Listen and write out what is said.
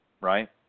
right